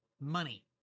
money